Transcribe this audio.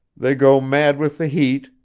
they go mad with the heat,